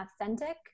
authentic